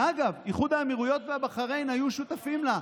שאגב, איחוד האמירויות ובחריין היו שותפים לה,